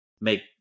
make